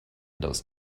those